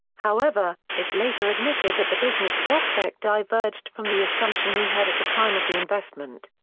however, it later admitted that the business prospect diverged from the assumption we had at the time of the investment.